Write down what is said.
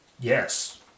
Yes